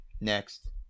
Next